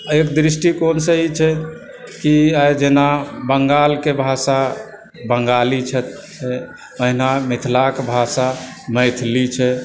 एहि दृष्टिकोणसँ ई छै कि जेना बङ्गालके भाषा बङ्गाली छै तहिना मिथिलाक भाषा मैथिली छै